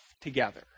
together